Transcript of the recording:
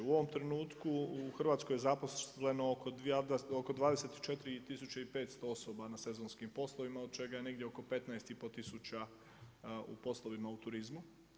U ovom trenutku u Hrvatsko je zaposleno oko 24 tisuće i 500 osoba na sezonskim poslovima, od čega je negdje oko 15 i pol tisuća u poslovima u turizmu.